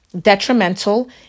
Detrimental